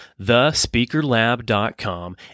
thespeakerlab.com